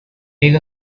take